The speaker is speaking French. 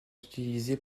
utilisés